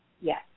Yes